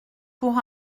pour